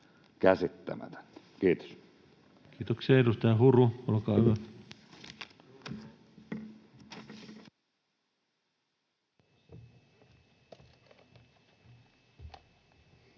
Kiitos. Kiitoksia. — Edustaja Huru, olkaa hyvä.